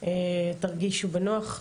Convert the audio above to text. תרגישו בנוח,